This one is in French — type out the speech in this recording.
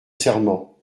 serment